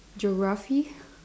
geography